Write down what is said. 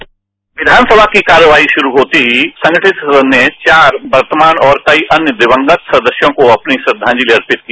क्वानसभा की कार्रवाई शुरू होते ही संगठित सदन ने चार वर्तमान और कई अन्य दिवंगत सदस्यों को अपनी श्रद्धांजलि अर्पित की